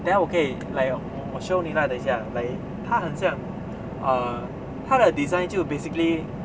等一下我可以 like 我我 show 你啦等一下 like 它很像 err 它的 design 就 basically